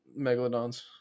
Megalodons